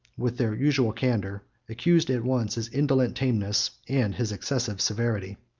with their usual candor, accused at once his indolent tameness and his excessive severity.